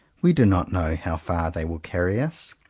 we do not know how far they will carry us.